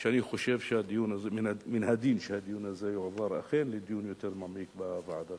שאני חושב שמן הדין שהדיון הזה יועבר אכן לדיון יותר מעמיק בוועדה.